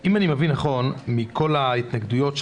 אם אני מבין נכון מכל ההתנגדויות,